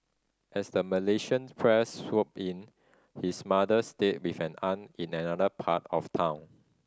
as the Malaysians press swooped in his mother stayed with an aunt in another part of town